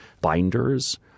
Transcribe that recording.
binders